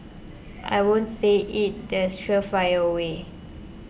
I won't say it's the surefire way